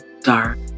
dark